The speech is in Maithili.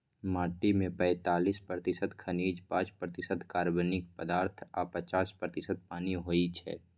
माटि मे पैंतालीस प्रतिशत खनिज, पांच प्रतिशत कार्बनिक पदार्थ आ पच्चीस प्रतिशत पानि होइ छै